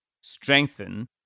strengthen